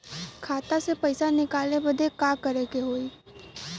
खाता से पैसा निकाले बदे का करे के होई?